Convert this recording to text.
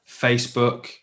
Facebook